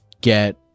get